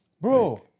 Bro